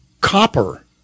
copper